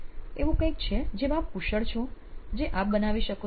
એવું કઈંક છે જેમાં આપ કુશળ છો જે આપ બનાવી શકો છો